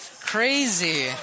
Crazy